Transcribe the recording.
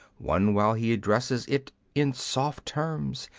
one while he addresses it in soft terms,